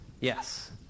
Yes